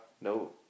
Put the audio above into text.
no